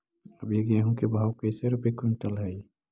अभी गेहूं के भाव कैसे रूपये क्विंटल हई?